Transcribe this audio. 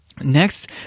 Next